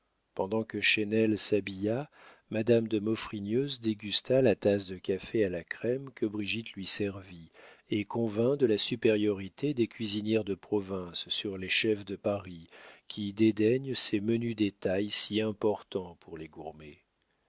pendant que chesnel s'habilla madame de maufrigneuse dégusta la tasse de café à la crème que brigitte lui servit et convint de la supériorité des cuisinières de province sur les chefs de paris qui dédaignent ces menus détails si importants pour les